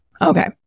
Okay